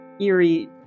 eerie